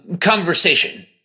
conversation